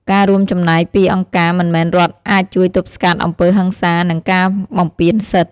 ការរួមចំណែកពីអង្គការមិនមែនរដ្ឋអាចជួយទប់ស្កាត់អំពើហិង្សា និងការបំពានសិទ្ធិ។